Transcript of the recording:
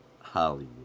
Hollywood